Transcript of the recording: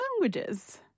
languages